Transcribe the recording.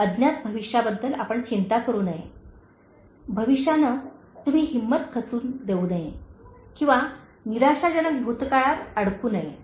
अज्ञात भविष्याबद्दल आपण चिंता करू नये भविष्याने तुम्ही हिंमत खचू देऊ नये किंवा निराशाजनक भूतकाळात अडकू नये